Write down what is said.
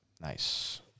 Nice